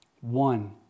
One